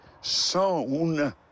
sown